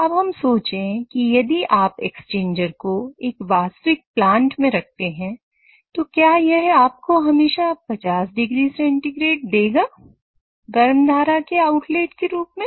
अब हम सोचे कि यदि आप एक्सचेंजर को एक वास्तविक प्लांट में रखते हैं तो क्या यह आपको हमेशा 50 oC देगा गर्म धारा के आउटलेट के रूप में